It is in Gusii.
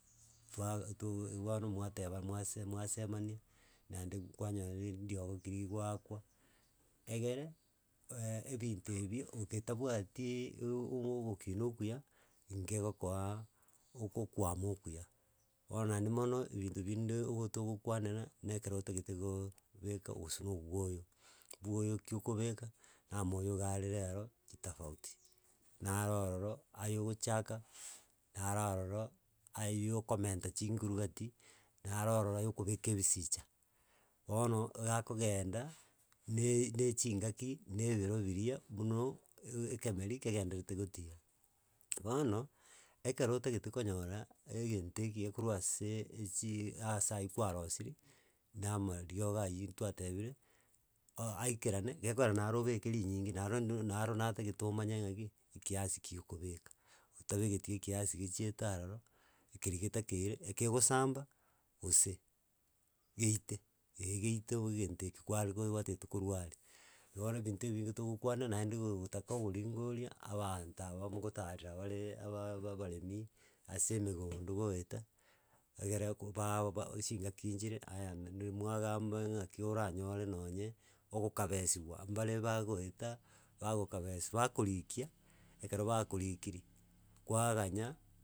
Twaaa togo eh bono mwateba mwase mwasemania, naende kwanyora riri ndiogo ki rigoakwa egere ebinto ebio oketabwati umo ogokina okuya, ngegokoa okokwama okuya, bono naende mono, ebinto binde ogo togokwanera, na ekero otagete gooobeka gose na obwoyo, bwoyo ki okobeka, na maoyo igaare rero chitafauti. Naro ororo, aya ogochaka nara aororo ayi ya okomenta chinguru gati, naro ororo ya okobeka ebisicha. Bono egakogenda naaa na echingaki na ebiro biria buna eeekemeri kegendererete gotira. Bono, ekero otagete konyora egento ekiya korwa aseee echiii ase aywo kwarosirie, na amariogo aywo twantebire oh aikerane, gekogera nare oboke rinyinge naro no naro natagete omanye ng'aki ekeasi ki okobeka, otabegeti ekiasi gechiete aroro, keria getakeire, ekegosamba, gose geite eeeh geite o- egento ekio kware gwa gwataete korwari, igo bono ebinto ebinge togokwana naende gogotaka oboringoria abanto aba mogotarera bareeee aba aba abaremi, ase emegondo goeta, egere ko bao ba chingaki nchire ayande ndiri mwagamba ng'aki oranyore nonye ogokabesiwa mbare bagoeta bagokabesi bakorikia ekero bakorikiri, kwaganya.